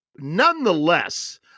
Nonetheless